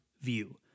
view